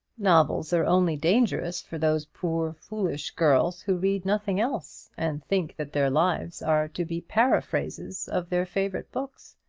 novels are only dangerous for those poor foolish girls who read nothing else, and think that their lives are to be paraphrases of their favourite books.